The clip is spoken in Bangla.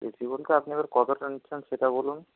বেশি বলতে আপনি এবার কতটা নিচ্ছেন সেটা বলুন